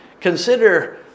Consider